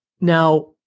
now